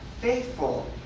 faithful